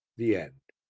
the end